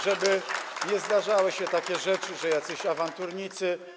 żeby nie zdarzały się takie rzeczy, że jacyś awanturnicy.